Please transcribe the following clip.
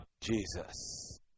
Jesus